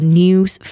news